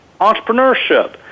entrepreneurship